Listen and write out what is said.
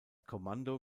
kommando